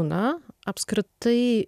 na apskritai